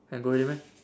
can go already meh